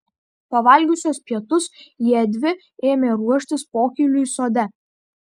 pavalgiusios pietus jiedvi ėmė ruoštis pokyliui sode